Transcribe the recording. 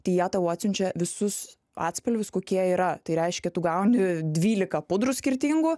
tai jie tau atsiunčia visus atspalvius kokie yra tai reiškia tu gauni dvylika pudrų skirtingų